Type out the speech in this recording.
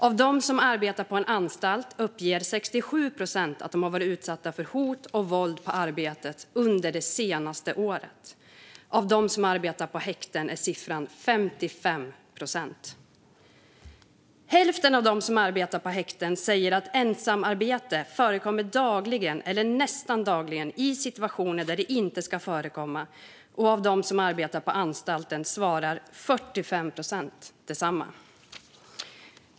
Av dem som arbetar på en anstalt uppger 67 procent att de varit utsatta för hot och våld på arbetet under det senaste året. Av dem som arbetar på häkten är siffran 55 procent. Hälften av dem som arbetar på häkten säger att ensamarbete förekommer dagligen, eller nästan dagligen, i situationer där det inte ska förekomma. Av dem som arbetar på anstalter svarar 45 procent detsamma.